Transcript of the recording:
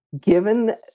given